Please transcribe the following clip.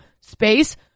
space